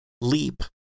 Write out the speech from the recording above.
leap